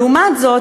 לעומת זאת,